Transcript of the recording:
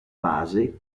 base